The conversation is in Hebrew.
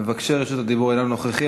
מבקשי רשות הדיבור אינם נוכחים.